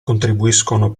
contribuiscono